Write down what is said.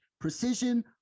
precision